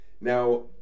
Now